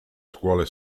scuole